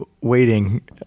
waiting